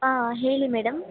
ಹಾಂ ಹೇಳಿ ಮೇಡಮ್